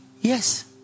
Yes